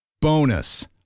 Bonus